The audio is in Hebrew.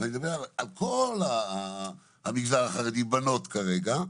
אני מדבר על כל המגזר החרדי בנות כרגע,